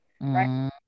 Right